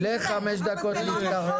אביר, לך חמש דקות להתקרר.